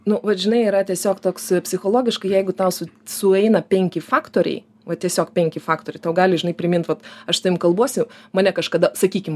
nu vat žinai yra tiesiog toks psichologiškai jeigu tau su sueina penki faktoriai vat tiesiog penki faktoriai tau gali žinai primint vat aš su tavim kalbuosi mane kažkada sakykim